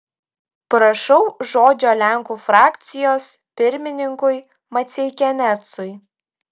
prašau žodžio lenkų frakcijos pirmininkui maceikianecui